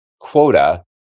quota